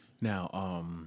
Now